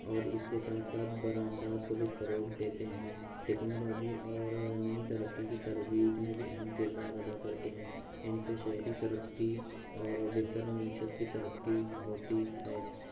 اور اس کے ساتھ ساتھ برآمدات کو بھی فروغ دیتے ہیں ٹیکنالوجی اور نئی ترقی کی تجویز میں بھی اہم کردار ادا کرتے ہیں ان سے شہری ترقی اور بہتر معیشت کی ترقی ہوتی ہے